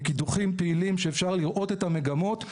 מקידוחים פעילים שאפשר לראות את המגמות.